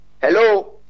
hello